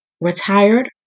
Retired